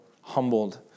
humbled